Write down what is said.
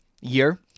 year